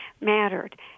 mattered